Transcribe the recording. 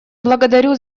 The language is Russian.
благодарю